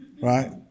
Right